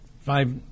five